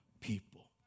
people